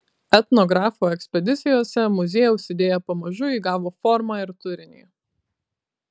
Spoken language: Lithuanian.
etnografų ekspedicijose muziejaus idėja pamažu įgavo formą ir turinį